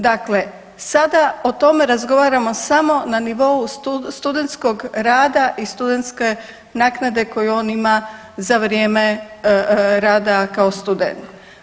Dakle, sada o tome razgovaramo samo na nivou studentskog rada i studentske naknade koju on ima za vrijeme rada kao student.